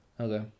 Okay